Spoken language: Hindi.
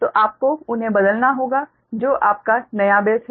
तो आपको उन्हें बदलना होगा जो आपका नया बेस है